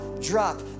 drop